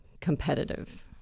competitive